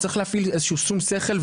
צריך להפעיל איזשהו שום שכל,